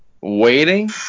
waiting